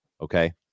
Okay